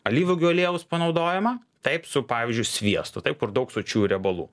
alyvuogių aliejaus panaudojimą taip su pavyzdžiui sviestu taip kur daug sočiųjų riebalų